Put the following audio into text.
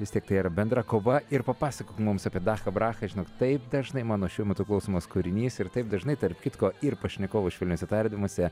vis tiek tai yra bendra kova ir papasakok mums apie dachą brachą žinok taip dažnai mano šiuo metu klausomas kūrinys ir taip dažnai tarp kitko ir pašnekovų švelniuose tardymuose